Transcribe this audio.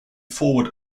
forward